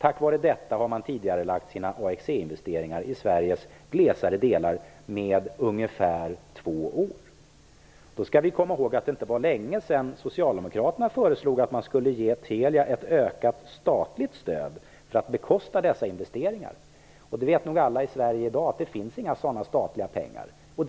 Tack vare detta har man tidigarelagt sina AXE investeringar i Sveriges glesare delar med ungefär två år. Då skall vi komma ihåg att det inte var länge sedan som Socialdemokraterna föreslog att Telia skulle få ett ökat statligt stöd för att bekosta dessa investeringar. Alla vet nog att det inte finns några sådana statliga pengar i dag.